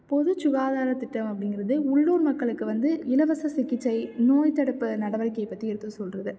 பொதுச் சுகாதாரத் திட்டம் அப்டிங்கிறது உள்ளூர் மக்களுக்கு வந்து இலவச சிகிச்சை நோய் தடுப்பு நடவடிக்கையை பற்றி எடுத்து சொல்வது